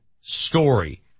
story